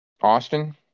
Austin